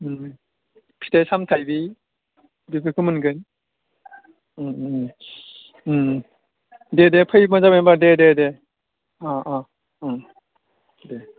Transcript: फिथाय सामथायनि बेफोरखौ मोनगोन दे दे फैब्लानो जाबाय होमब्ला दे दे दे अ अ अ दे